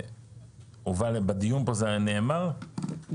מדובר בתיקון שנכנס ב-1.1.2016 והמשרד פשוט לא